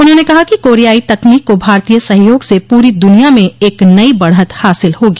उन्होंने कहा कि कोरियाई तकनीक को भारतीय सहयोग से पूरी दुनिया में एक नइ बढ़त हासिल होगी